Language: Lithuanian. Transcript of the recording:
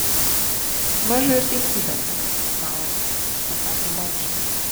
mažu ir teisybę sakai maure pasakė maušė